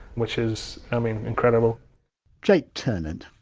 which is i mean incredible jake turnant.